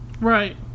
right